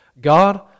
God